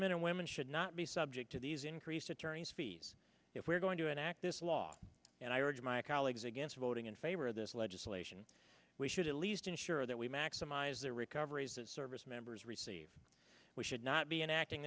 men and women should not be subject to these increased attorney's fees if we are going to enact this law and i urge my colleagues against voting in favor of this legislation we should at least ensure that we maximize the recoveries that service members receive we should not be enacting